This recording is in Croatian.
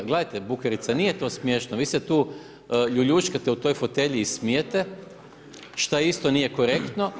Gledajte Bukarice, nije to smiješno vi se tu ljuljuškate u toj fotelji i smijete šta isto nije korektno.